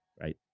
right